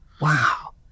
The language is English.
Wow